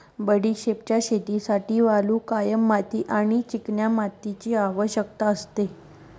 बडिशोपच्या शेतीसाठी वालुकामय माती आणि चिकन्या मातीची आवश्यकता असते